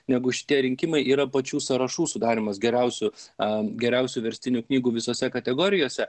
negu šitie rinkimai yra pačių sąrašų sudarymas geriausių a geriausių verstinių knygų visose kategorijose